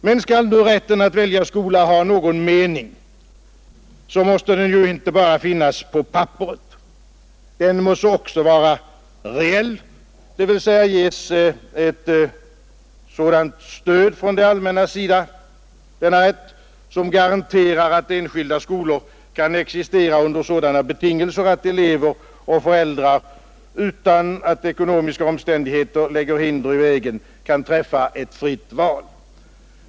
Men skall nu rätten att välja skola ha någon mening måste den ju inte bara finnas på papperet. Den måste också vara reell, dvs. ges ett sådant stöd från det allmännas sida som garanterar att enskilda skolor kan existera under sådana betingelser att elever och föräldrar, utan att ekonomiska omständigheter lägger hinder i vägen, kan träffa ett fritt val.